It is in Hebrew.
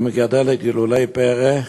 שמגדלת גידולי פרא,